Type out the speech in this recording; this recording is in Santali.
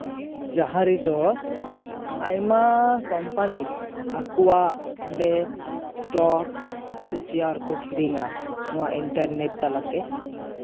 ᱡᱟᱦᱟᱸ ᱨᱮᱫᱚ ᱟᱭᱢᱟ ᱠᱚᱢᱯᱟᱱᱤ ᱟᱠᱚᱣᱟᱜ ᱚᱸᱰᱮ ᱥᱴᱚᱠ ᱥᱮ ᱥᱮᱭᱟᱨ ᱠᱚ ᱠᱤᱨᱤᱧᱟ ᱱᱚᱣᱟ ᱤᱱᱴᱟᱨᱱᱮᱴ ᱛᱟᱞᱟᱛᱮ